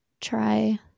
try